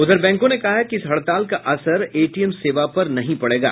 उधर बैंकों ने कहा है कि इस हड़ताल का असर एटीएम सेवा पर नहीं पड़ेगा